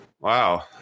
Wow